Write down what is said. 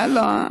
לא,